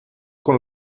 con